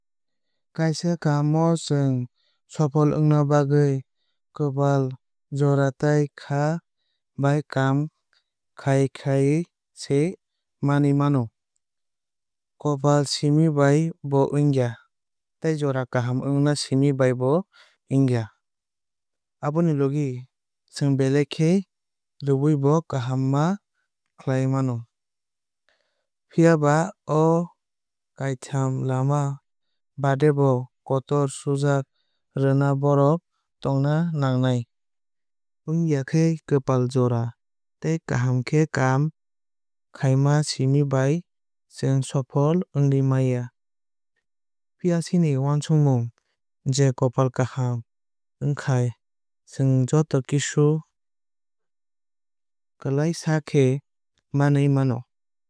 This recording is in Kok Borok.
Kaisa kaam o chwng sofol wngna bagwui kopal jora tei kha bai kaam khaikhai se manwui mano. Kopal simi bai bo wngya tei jora kaham wngma simi bai bo wngya. Aboni logi chwng belai kha rwui bo kaam ma khkainai. Phiaba o kaitham lama baade bo kotor sujuk rwnai borok tongna nangnai. Wngya khe kopal jora tei kaham khe kaam khaima simi bai chwng sofol wngwui maya. Phiya chini uansukmung je kopal kaham wngkhai chwng joto kisu klaisa khe manwui mano.